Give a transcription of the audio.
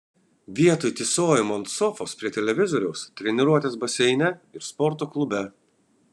vietoj tysojimo ant sofos prie televizoriaus treniruotės baseine ir sporto klube